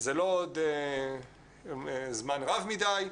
זה לא עוד זמן רב מדי.